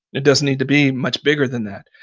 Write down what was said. it doesn't need to be much bigger than that.